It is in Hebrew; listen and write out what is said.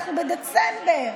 אנחנו בדצמבר,